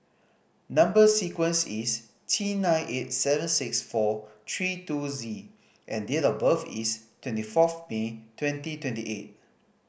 number sequence is T nine eight seven six four three two Z and date of birth is twenty fourth May twenty twenty eight